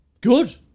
Good